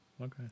Okay